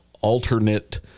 alternate